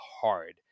hard